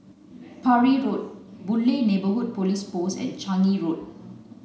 Parry Road Boon Lay Neighbourhood Police Post and Changi Road